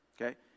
Okay